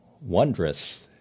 wondrous